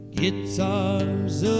Guitar's